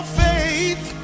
faith